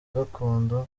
gakondo